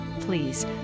Please